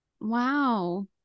Wow